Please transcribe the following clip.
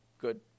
good